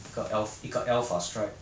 一个 elf 一个 alpha strike